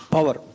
Power